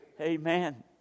Amen